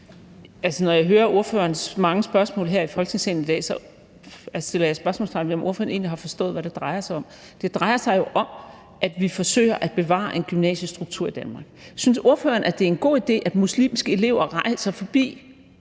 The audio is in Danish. når jeg hører ordførerens mange spørgsmål her i Folketingssalen i dag, sætter jeg spørgsmålstegn ved, om ordføreren egentlig har forstået, hvad det drejer sig om. Det drejer sig jo om, at vi forsøger at bevare en gymnasiestruktur i Danmark. Synes ordføreren, at det er en god idé, at muslimske elever rejser forbi